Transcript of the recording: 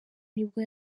nibwo